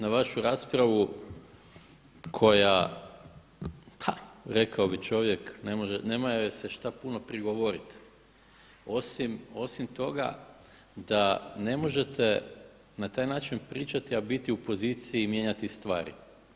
Na vašu raspravu koja, ha rekao bi čovjek nema joj se šta puno prigovoriti osim toga da ne možete na taj način pričati, a biti u poziciji mijenjati stvari.